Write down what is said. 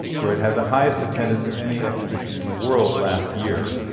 where it had the highest attendance of any exhibition in the world last year,